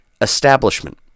Establishment